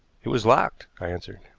it was locked, i answered.